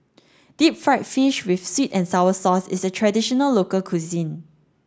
deep fried fish with sweet and sour sauce is a traditional local cuisine